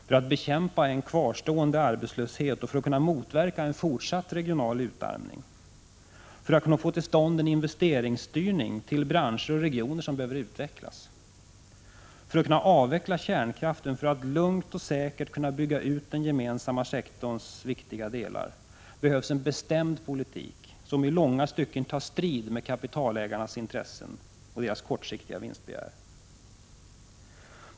För att bekämpa en kvarstående arbetslöshet, för att kunna motverka en fortsatt regional utarmning, för att kunna få till stånd en investeringsstyrning till branscher och regioner som behöver utvecklas, för att kunna avveckla kärnkraften och för att lugnt och säkert kunna bygga ut den gemensamma sektorns viktiga delar behövs en bestämd politik som i långa stycken tar strid med kapitalägarnas intressen och kortsiktiga vinstbegär.